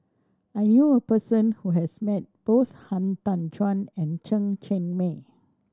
I knew a person who has met both Han Tan Juan and Chen Cheng Mei